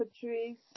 Patrice